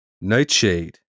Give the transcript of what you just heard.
Nightshade